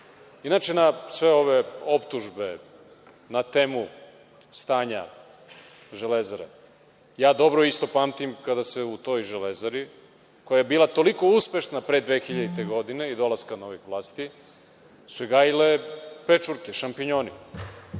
na sve ove optužbe na temu stanja „Železare“, ja dobro isto pamtim kada se u toj „Železari“, koja je bila toliko uspešna pre 2000. godine, i dolaska novih vlasti, su se gajile pečurke, šampinjoni.